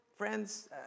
Friends